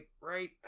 Right